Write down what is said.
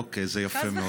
אוקיי, זה יפה מאוד.